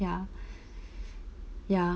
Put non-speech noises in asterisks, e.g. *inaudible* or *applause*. ya *breath* ya